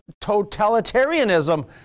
totalitarianism